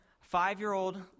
five-year-old